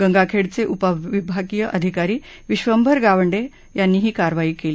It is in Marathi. गंगाखेडचे उपविभागीय अधिकारी विधभर गावंडे यांनी ही कारवाई केली